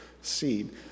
seed